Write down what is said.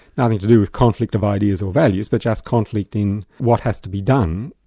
nothing to do with conflict of ideas or values, but just conflict in what has to be done.